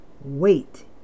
Wait